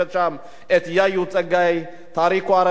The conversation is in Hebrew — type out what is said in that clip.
את יאיאהו טגניי, טריקו ארש,